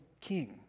king